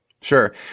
Sure